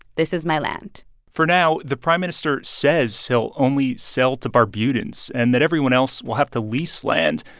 this is my land for now, the prime minister says he'll so only sell to barbudans and that everyone else will have to lease land.